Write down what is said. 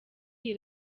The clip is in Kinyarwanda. iyi